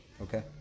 Okay